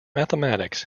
mathematics